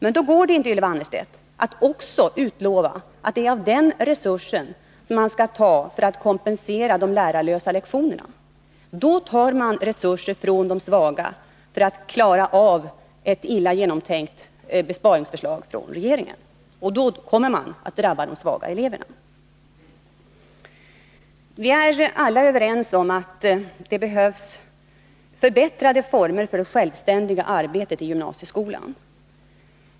Men då går det inte, Ylva Annerstedt, att också utlova att det är av den här resursen som man skall ta för att kompensera de lärarlösa lektionerna. Då tar man resurser från de svaga för att klara av ett illa genomtänkt besparingsförslag från regeringen. Och då kommer de svaga eleverna att drabbas. Vi är alla överens om att det behövs förbättrade former för det självständiga arbetet i gymnasieskolan.